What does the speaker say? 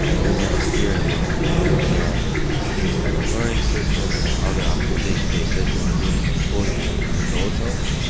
that doesn't have a steering wheel and based on the learning system or other optimization base system, is able to fully control itself.